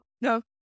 no